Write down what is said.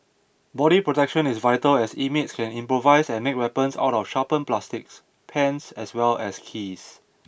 body protection is vital as inmates can improvise and make weapons out of sharpened plastics pens as well as keys